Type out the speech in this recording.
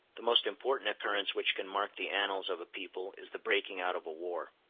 the most important occurrence which can mark the annals of a people is the breaking out of a war.